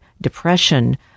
depression